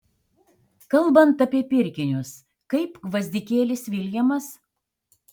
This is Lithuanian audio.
kalbant apie pirkinius kaip gvazdikėlis viljamas